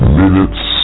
minutes